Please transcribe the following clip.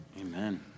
Amen